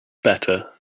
better